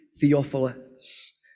Theophilus